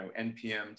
NPM